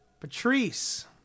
Patrice